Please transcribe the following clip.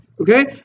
okay